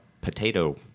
Potato